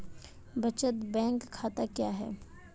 बचत बैंक खाता क्या है?